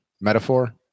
metaphor